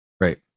Right